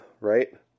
right